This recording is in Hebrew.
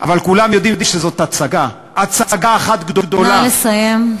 ושכל הסביבה שלו מסביב